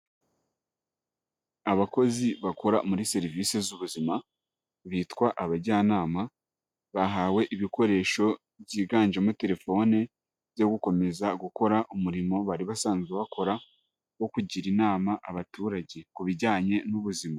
Abakozi bakora muri serivisi z'ubuzima bitwa abajyanama, bahawe ibikoresho byiganjemo telefoni zo gukomeza gukora umurimo bari basanzwe bakora wo kugira inama abaturage ku bijyanye n'ubuzima.